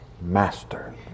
master